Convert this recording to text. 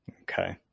Okay